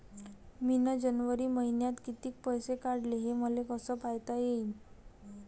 मिन जनवरी मईन्यात कितीक पैसे काढले, हे मले कस पायता येईन?